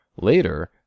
Later